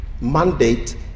mandate